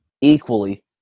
equally